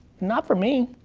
not for me.